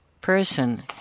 person